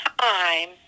time